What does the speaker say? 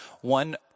One